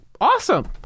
awesome